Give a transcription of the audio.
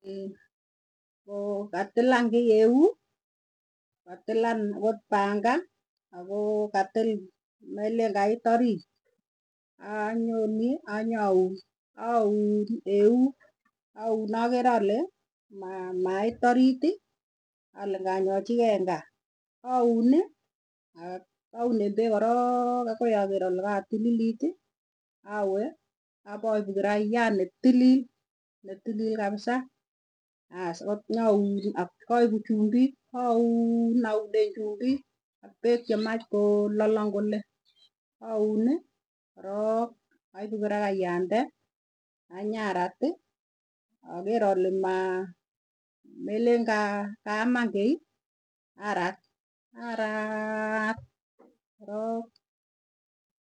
Koo katilan kii eeu, katilan agot panga, agoo katil melen kait arit, Anyoni anyaun aun eeu aun ager ale mait oritii ale nganyachigee eng gaa, Aunii ak aunen pegg koroook agoi ager ale katililitii awee, Apoipu karaiyaat netilil, netilil kabisa ass akot nyaun ak paipu chumbik auun aunee chumbik, Ak pegg chemach kololong kole auunii korok aipu kirakayande anyaratii aker ale maa melen kaaman kiy arat araaat korok.